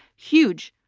huge.